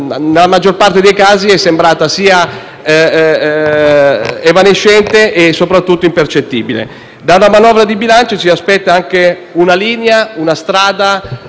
è sembrata evanescente e soprattutto impercettibile. Dalla manovra di bilancio ci si aspetta anche una linea, una strada, una direzione, ma soprattutto una prospettiva, per invertire quello che è stato fino ad oggi un declino.